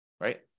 right